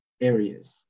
areas